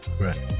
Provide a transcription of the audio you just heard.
Right